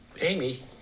Amy